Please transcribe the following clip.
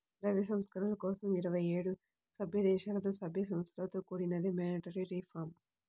ద్రవ్య సంస్కరణల కోసం ఇరవై ఏడు సభ్యదేశాలలో, సభ్య సంస్థలతో కూడినదే మానిటరీ రిఫార్మ్